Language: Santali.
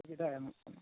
ᱥᱩᱵᱤᱫᱟᱭ ᱮᱢᱚᱜ ᱠᱟᱱᱟ